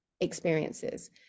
experiences